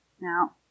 Now